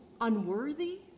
unworthy